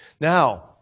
Now